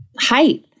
height